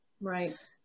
Right